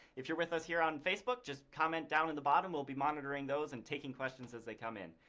if you're with us here on facebook, just comment down in the bottom. we'll be monitoring those and taking questions as they come in.